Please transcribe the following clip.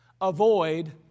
avoid